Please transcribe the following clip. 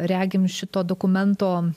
regim šito dokumento